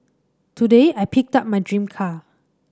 today I picked up my dream car